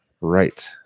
Right